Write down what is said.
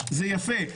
זה יפה,